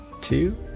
two